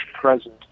present